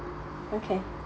okay